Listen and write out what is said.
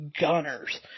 gunners